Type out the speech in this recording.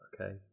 Okay